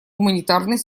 гуманитарной